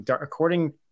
according